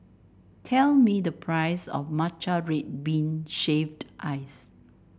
tell me the price of Matcha Red Bean Shaved Ice